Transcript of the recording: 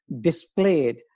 displayed